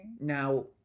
Now